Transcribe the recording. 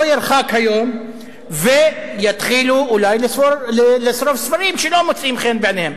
לא ירחק היום ואולי יתחילו לשרוף ספרים שלא מוצאים חן בעיניהם.